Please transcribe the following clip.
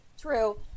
true